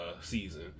season